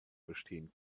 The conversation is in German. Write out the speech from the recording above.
bestehen